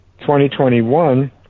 2021